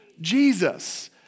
Jesus